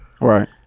Right